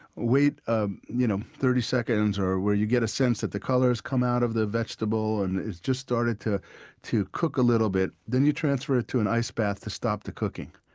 wait ah you know thirty seconds or where you get a sense that the color has come out of the vegetable and it's just starting to to cook a little bit then you transfer it to an ice bath to stop the cooking.